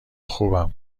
خوبم